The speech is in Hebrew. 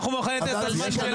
אנחנו מוכנים לתת לה את הזמן שלנו.